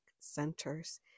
centers